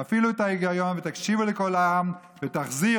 תפעילו את ההיגיון ותקשיבו לקול העם ותחזירו